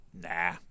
Nah